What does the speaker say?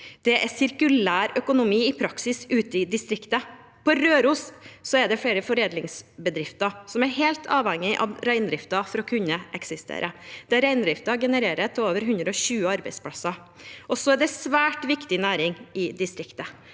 Det er sirkulærøkonomi i praksis ute i distriktet. På Røros er det flere foredlingsbedrifter som er helt avhengig av reindriften for å kunne eksistere, der reindriften genererer over 120 arbeidsplasser. Det er en svært viktig næring i distriktet.